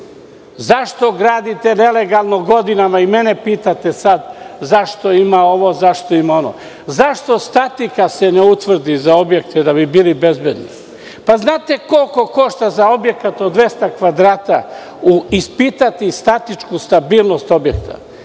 Zašto gradite nelegalno godinama i mene pitate sada zašto ima ovo ili ono? Zašto stati kada se ne utvrdi za objekte da bi bili bezbedni? Znate li koliko košta za objekat od 200 kvadrata ispitivanje statičke stabilnosti objekta?